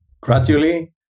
gradually